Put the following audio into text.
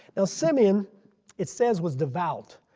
now simeon it says was devout.